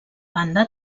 banda